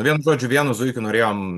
nu vienu žodžiu vienu zuikiu norėjom